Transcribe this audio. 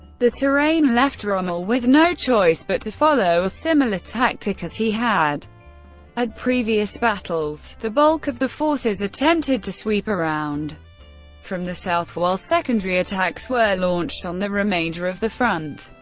the terrain left rommel with no choice, but to follow a similar tactic as he had at previous battles the bulk of the forces attempted to sweep around from the south while secondary attacks were launched on the remainder of the front.